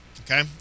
okay